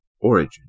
origin